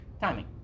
Timing